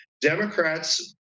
Democrats